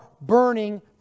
burning